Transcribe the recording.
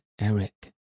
Eric